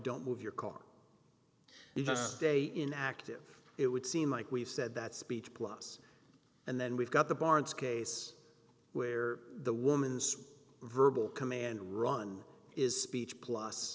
don't move your car even today in active it would seem like we've said that speech plus and then we've got the barnes case where the woman's verbal command run is speech plus